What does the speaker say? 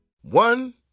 One